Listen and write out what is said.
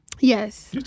Yes